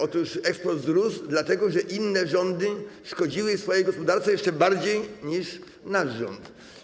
Otóż eksport wzrósł, dlatego że inne rządy szkodziły swojej gospodarce jeszcze bardziej niż nasz rząd.